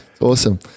Awesome